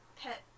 pet